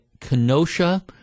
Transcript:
Kenosha